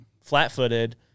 flat-footed